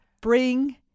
Bring